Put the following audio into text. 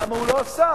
למה הוא לא עשה?